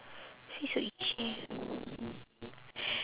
face so itchy